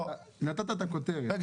נתת את הכותרת,